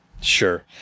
Sure